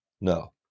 No